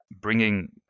bringing